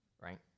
right